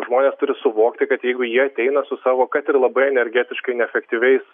žmonės turi suvokti kad jeigu jie ateina su savo kad ir labai energetiškai neefektyviais